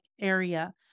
area